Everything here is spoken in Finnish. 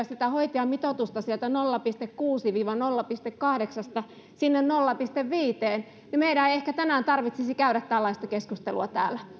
sitä hoitajamitoitusta sieltä nolla pilkku kuusi nolla pilkku kahdeksasta sinne nolla pilkku viiteen meidän ei ehkä tänään tarvitsisi käydä tällaista keskustelua täällä